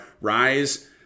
Rise